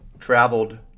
Traveled